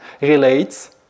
relates